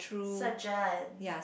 surgeon